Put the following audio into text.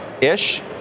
ish